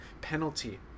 penalty